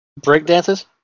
Breakdances